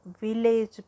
village